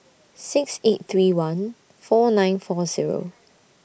six eight three one four nine four Zero